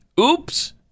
oops